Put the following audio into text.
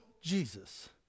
Jesus